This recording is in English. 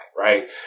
right